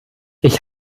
ich